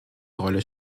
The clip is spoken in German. rolle